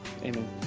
Amen